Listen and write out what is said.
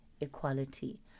equality